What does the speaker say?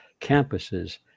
campuses